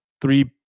Three